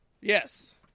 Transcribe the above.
Yes